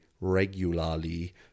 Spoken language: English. regularly